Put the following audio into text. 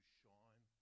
shine